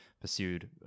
pursued